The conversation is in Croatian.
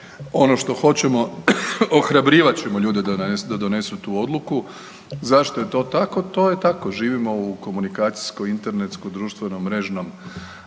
Ono što hoćemo ohrabrivat ćemo ljude da donesu tu odluku. Zašto je to tako? To je tako, živimo u komunikacijsko-internetsko-društvenom-mrežnom